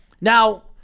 Now